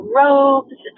robes